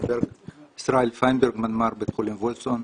ישראל פיינברג, מנמ"ר בית חולים וולפסון.